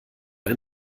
ein